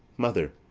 mother.